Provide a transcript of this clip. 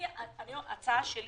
ההצעה שלי